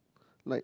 like